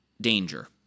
danger